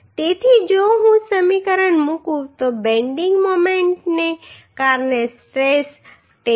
તેથી જો હું આ સમીકરણ મુકું તો બેન્ડિંગ મોમેન્ટને કારણે સ્ટ્રેસ 10